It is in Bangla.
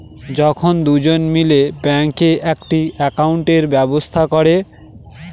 যখন দুজন মিলে ব্যাঙ্কে একটি একাউন্টের ব্যবস্থা করে